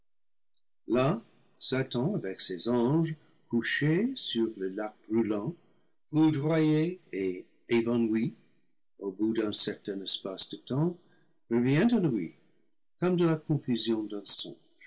satan avec ses anges couché sur le lac brûlant foudroyé et évanoui au bout d'un certain espace de temps revient à lui comme de la confusion d'un